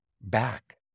back